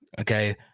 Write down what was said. Okay